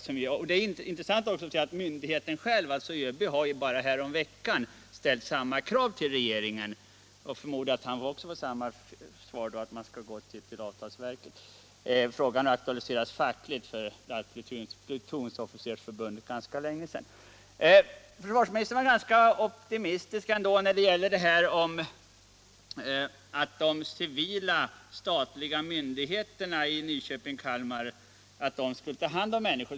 Det är också intressant att notera att ÖB så sent som härom veckan ställt samma fråga till regeringen som jag. Jag förmodar att han fått samma svar som jag, nämligen att man skall gå till avtalsverket. Frågan har emellertid aktualiserats fackligt av plutonofficersförbundet för ganska länge sedan. Försvarsministern var trots allt ganska optimistisk när det gällde att de statliga myndigheterna i Nyköping och Kalmar skulle ta hand om dessa människor.